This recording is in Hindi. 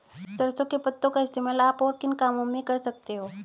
सरसों के पत्तों का इस्तेमाल आप और किन कामों में कर सकते हो?